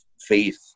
faith